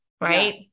right